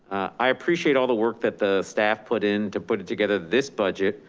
i appreciate all the work that the staff put in to put together this budget,